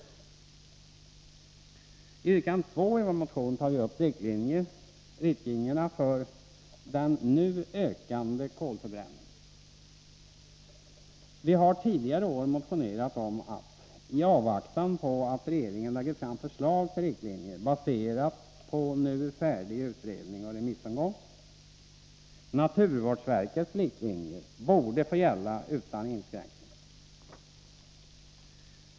I yrkande 2 i vår motion tar vi upp riktlinjerna för den nu ökande kolförbränningen. Vi har tidigare år — i avvaktan på att regeringen lägger fram förslag till riktlinjer baserade på nu färdig utredning och remissomgång - motionerat om att naturvårdsverkets riktlinjer borde få gälla utan inskränkning.